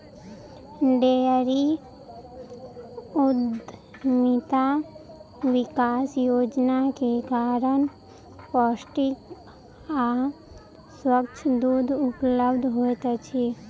dairy उद्यमिता विकास योजना के कारण पौष्टिक आ स्वच्छ दूध उपलब्ध होइत अछि